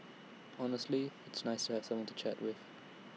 honestly it's nice to have someone to chat with